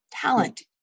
talent